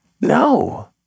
No